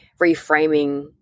reframing